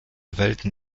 welten